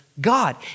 God